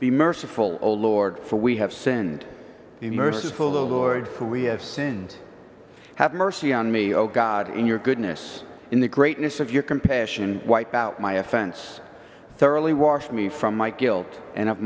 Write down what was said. be merciful oh lord for we have sinned the merciful little board for we have sinned have mercy on me oh god in your goodness in the greatness of your compassion wipe out my offense thoroughly wash me from my guilt and